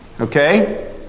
Okay